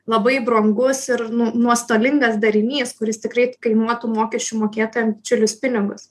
labai brangus ir nu nuostolingas darinys kuris tikrai kainuotų mokesčių mokėtojam didžiulius pinigus